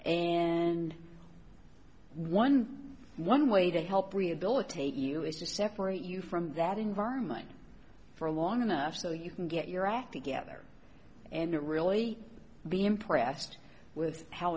and one one way to help rehabilitate you is to separate you from that environment for long enough so you can get your act together and really be impressed with how